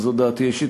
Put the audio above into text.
וזו דעתי האישית,